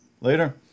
Later